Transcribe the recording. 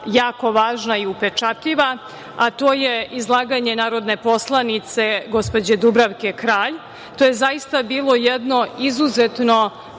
jako važna i upečatljiva, a to je izlaganje narodne poslanice, gospođe Dubravke Kralj. To je zaista bio jedan izuzetno